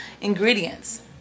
ingredients